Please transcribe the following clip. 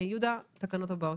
יהודה, התקנות הבאות.